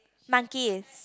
monkeys